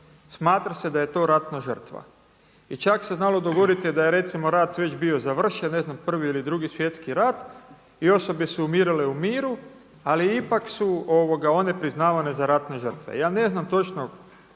smatra se da je to ratna žrtva. I čak se znalo dogoditi da je recimo rat već bio završen, ne znam, 1. ili 2. svjetski rat i osobe su umirale u miru ali ipak su one priznavanje za ratne žrtve. Ja ne znam točno